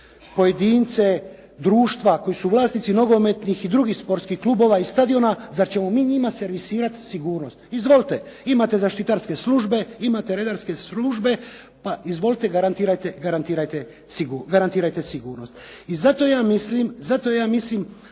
pojedince, društva koji su vlasnici nogometnih i drugih sportskih klubova i stadiona, zar ćemo mi njima servisirati sigurnost? Izvolite, imate zaštitarske službe, imate redarske službe pa izvolite, garantirajte sigurnost. I zato ja mislim da de facto